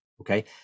Okay